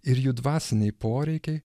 ir jų dvasiniai poreikiai